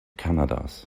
kanadas